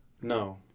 No